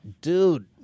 Dude